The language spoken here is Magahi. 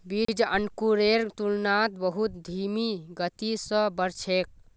बीज अंकुरेर तुलनात बहुत धीमी गति स बढ़ छेक